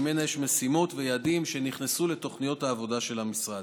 וממנה נגזרו משימות ויעדים שנכנסו לתוכניות העבודה של המשרד.